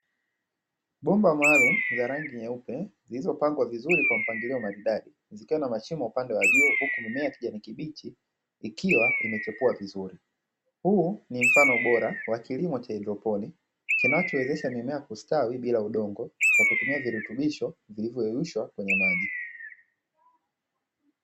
Bomba maalumu za rangi nyeupe zilizopangwa vizuri kwa mpangilio maridadi, zikiwa na mashimo upande wa juu, huku mimea ya kijani kibichi ikiwa imechipua vizuri. Huu ni mfano bora wa kilimo cha haidroponi kinachowezesha mimea kustawi bila udongo kwa kutumia virutubisho vilivyoyeyushwa kwenye maji.